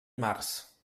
març